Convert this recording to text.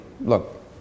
Look